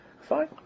Fine